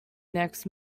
next